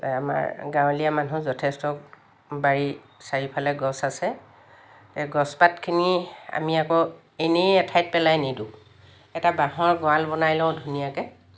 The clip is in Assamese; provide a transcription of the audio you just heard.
আমাৰ গাঁৱলীয়া মানুহৰ যথেষ্ট বাৰী চাৰিফালে গছ আছে এই গছপাতখিনি আমি আকৌ এনেই এঠাইত পেলাই নিদোঁ এটা বাঁহৰ গৰাল বনাই লওঁ ধুনীয়াকৈ